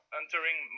entering